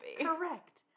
Correct